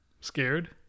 scared